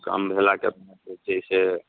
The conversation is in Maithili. तऽ कम भेलाके जे छै से